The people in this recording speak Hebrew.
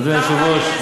אדוני היושב-ראש,